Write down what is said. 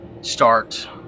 start